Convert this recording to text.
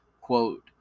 Quote